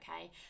okay